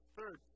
Third